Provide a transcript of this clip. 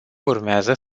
urmează